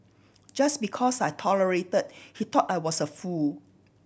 just because I tolerated he thought I was a fool